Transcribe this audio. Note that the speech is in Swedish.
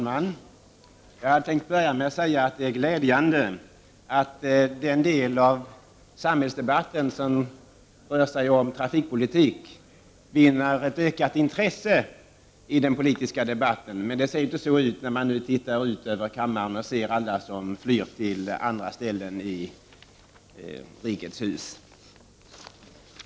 Herr talman! Jag skall börja med att säga att det är glädjande att den del av samhällsdebatten som rör trafikpolitik vinner ett ökat intresse. Det ser inte ut så när man tittar ut över kammaren och ser alla fly till andra ställen i rikets hus.